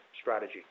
strategy